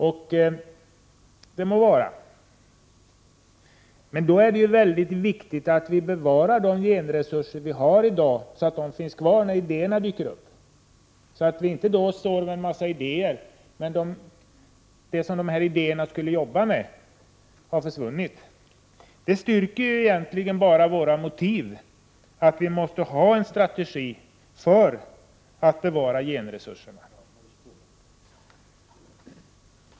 Må så vara, men då är det mycket viktigt att bevara de genresurser vi har i dag, så att de finns kvar när idéerna dyker upp och vi inte då står där med en mängd idéer och det som dessa idéer skulle tillämpas på har försvunnit. Detta styrker ju egentligen våra motiv när vi hävdar att vi måste ha en strategi för att bevara genresurserna.